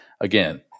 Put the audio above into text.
again